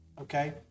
okay